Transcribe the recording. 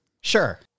Sure